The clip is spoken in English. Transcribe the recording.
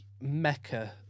mecca